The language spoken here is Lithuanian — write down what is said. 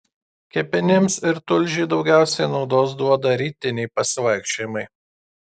kepenims ir tulžiai daugiausiai naudos duoda rytiniai pasivaikščiojimai